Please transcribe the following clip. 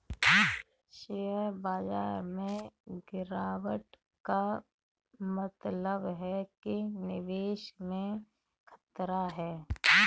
share बाजार में गिराबट का मतलब है कि निवेश में खतरा है